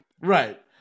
right